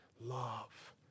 love